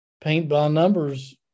paint-by-numbers